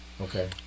Okay